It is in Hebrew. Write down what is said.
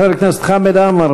חבר הכנסת חמד עמאר,